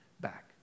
back